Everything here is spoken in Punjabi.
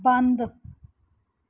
ਬੰਦ